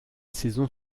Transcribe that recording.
saison